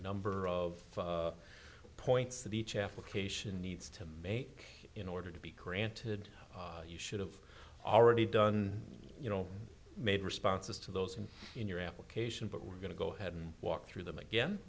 number of points that each application needs to make in order to be granted you should have already done you know made responses to those and in your application but we're going to go ahead and walk through them